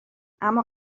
اما